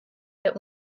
der